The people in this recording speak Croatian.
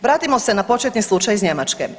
Vratimo se na početni slučaj iz Njemačke.